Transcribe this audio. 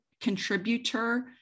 contributor